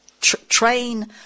train